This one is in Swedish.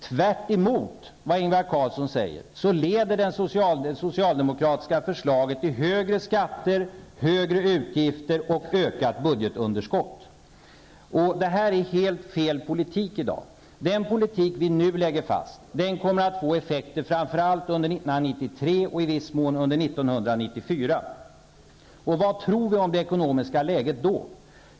Tvärtemot vad Ingvar Carlsson säger leder det socialdemokratiska förslaget till högre skatter, högre utgifter och ökat budgetunderskott. Och detta är helt fel politik i dag. Den politik som vi nu lägger fast kommer att få effekter, framför allt under 1993 och i viss mån även under 1994. Vad tror vi om det ekonomiska läget då?